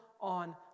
on